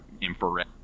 Infrared